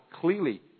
clearly